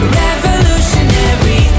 revolutionary